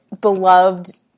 beloved